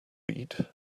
eat